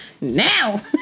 Now